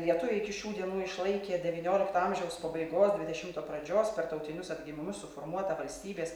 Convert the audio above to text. lietuviai iki šių dienų išlaikė devyniolikto amžiaus pabaigos dvidešimto pradžios per tautinius atgimimus suformuotą valstybės